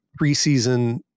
preseason